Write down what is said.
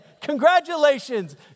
Congratulations